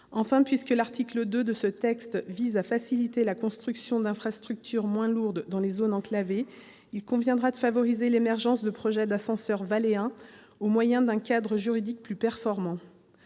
Enfin, puisque l'article 2 de ce texte vise à faciliter la construction d'infrastructures moins lourdes dans les zones enclavées, il conviendra de favoriser l'émergence de projets d'ascenseurs de vallée, au moyen d'un cadre juridique plus performant.